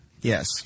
Yes